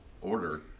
order